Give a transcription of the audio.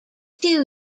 two